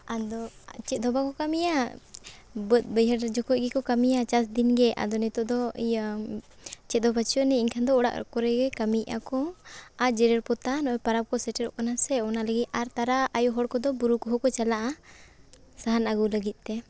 ᱟᱫᱚ ᱪᱮᱫᱦᱚᱸ ᱵᱟᱠᱚ ᱠᱟᱹᱢᱤᱭᱟ ᱵᱟᱹᱫᱽᱼᱵᱟᱹᱭᱦᱟᱹᱲ ᱨᱮ ᱡᱚᱠᱷᱚᱡ ᱜᱮᱠᱚ ᱠᱟᱹᱢᱤᱭᱟ ᱪᱟᱥ ᱫᱤᱱᱜᱮ ᱟᱫᱚ ᱱᱤᱛᱚᱜ ᱫᱚ ᱤᱭᱟᱹ ᱪᱮᱫᱦᱚᱸ ᱵᱟᱹᱱᱩᱜ ᱟᱹᱱᱤᱡ ᱮᱱᱠᱷᱟᱱ ᱫᱚ ᱚᱲᱟᱜ ᱠᱚᱨᱮᱜᱮ ᱠᱟᱹᱢᱤᱭᱮᱫᱼᱟ ᱠᱚ ᱟᱨ ᱡᱮᱨᱮᱲ ᱯᱚᱛᱟᱣ ᱱᱚᱜᱼᱚᱭ ᱯᱚᱨᱚᱵᱽ ᱠᱚ ᱥᱮᱴᱮᱨᱚᱜ ᱠᱟᱱᱟ ᱥᱮ ᱚᱱᱟ ᱞᱟᱹᱜᱤᱫ ᱟᱨ ᱛᱟᱨᱟ ᱟᱹᱭᱩ ᱦᱚᱲ ᱠᱚᱫᱚ ᱵᱩᱨᱩ ᱠᱚᱦᱚᱸ ᱠᱚ ᱪᱟᱞᱟᱜᱼᱟ ᱥᱟᱦᱟᱱ ᱟᱹᱜᱩ ᱞᱟᱹᱜᱤᱫᱛᱮ